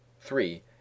three